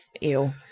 ew